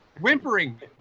whimpering